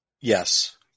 Yes